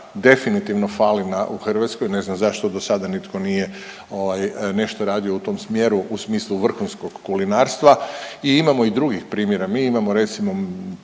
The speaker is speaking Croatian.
definitivno fali na, u Hrvatskoj, ne znam zašto do sada nitko nije ovaj nešto radio u tom smjeru u smislu vrhunskog kulinarstva i imamo i drugih primjera, mi imamo recimo,